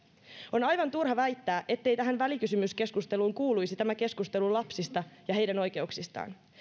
on aivan turha väittää ettei tähän välikysymyskeskusteluun kuuluisi tämä keskustelu lapsista ja heidän oikeuksistaan